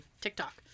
TikTok